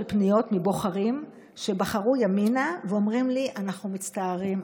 פניות מבוחרים שבחרו ימינה ואומרים לי: אנחנו מצטערים,